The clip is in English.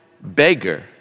beggar